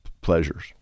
pleasures